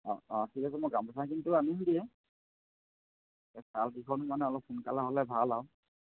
অঁ অঁ ঠিক আছে মই গামোচাখিনিতো আনিম আজিয়ে এই শ্বালকেইখন মানে অলপ সোনকালে হ'লে ভাল আৰু